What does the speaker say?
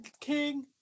King